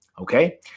okay